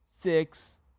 six